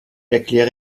erkläre